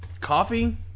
Coffee